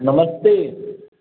नमस्ते